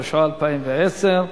התשע"א 2010,